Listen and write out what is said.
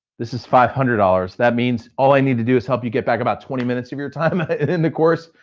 this is five hundred dollars. that means all i need to do is help you get back about twenty minutes of your time in the course,